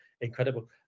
incredible